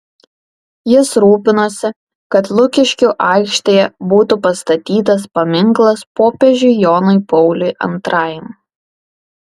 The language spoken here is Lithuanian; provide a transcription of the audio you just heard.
jis rūpinosi kad lukiškių aikštėje būtų pastatytas paminklas popiežiui jonui pauliui antrajam